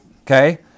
Okay